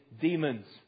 demons